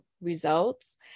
results